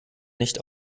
nicht